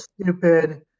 stupid